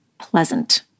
pleasant